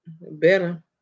Better